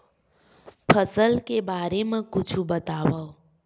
फसल के बारे मा कुछु बतावव